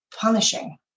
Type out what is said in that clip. punishing